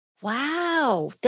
Wow